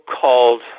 called